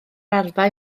arfau